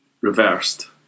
reversed